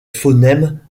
phonèmes